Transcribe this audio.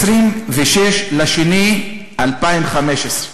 ב-26 בפברואר 2015,